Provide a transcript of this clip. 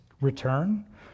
return